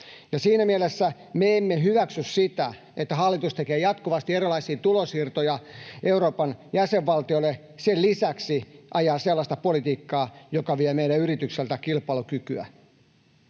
Siinä mielessä me emme hyväksy sitä, että hallitus tekee jatkuvasti erilaisia tulonsiirtoja Euroopan jäsenvaltioille ja sen lisäksi ajaa sellaista politiikkaa, joka vie meidän yrityksiltämme kilpailukykyä.